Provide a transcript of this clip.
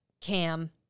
Cam